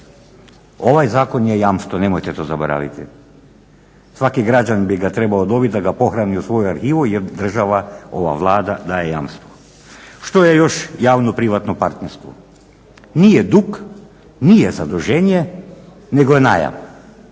Ovaj zakon je jamstvo nemojte to zaboraviti. Svaki građanin bi ga trebao dobiti da ga pohrani u svoju arhivu jer država ova Vlada daje jamstvo. Što je još javno-privatnog partnerstvo? Nije dug, nije zaduženje, nego je najam